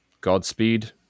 Godspeed